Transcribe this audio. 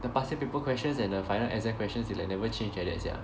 the past year paper questions and the final exam questions they like never change like that sia